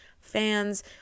fans